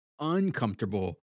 uncomfortable